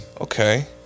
Okay